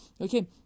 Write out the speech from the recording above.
Okay